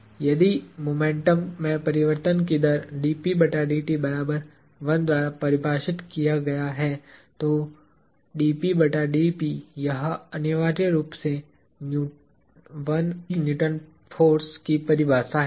फिर यदि मोमेंटम के परिवर्तन की दर द्वारा परिभाषित किया गया है तो यह अनिवार्य रूप से 1 न्यूटन फोर्स की परिभाषा है